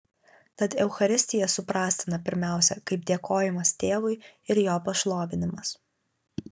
tad eucharistija suprastina pirmiausia kaip dėkojimas tėvui ir jo pašlovinimas